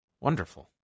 Wonderful